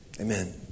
Amen